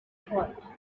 thought